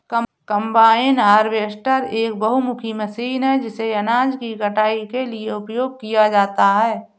combine harvester एक बहुमुखी machine है जिसे अनाज की कटाई के लिए उपयोग किया जाता है